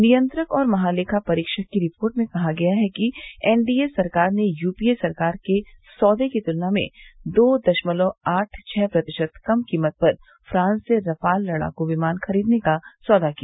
नियंत्रक और महालेखा परीक्षक की रिपोर्ट में कहा गया है कि एन डी ए सरकार ने यू पी ए सरकार के सौदे की तुलना में दो दशमलव आठ छह प्रतिशत कम कीमत पर फ्रांस से रफाल लड़ाकू विमान खरीदने का सौदा किया